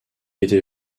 était